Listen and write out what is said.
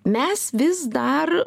mes vis dar